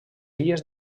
illes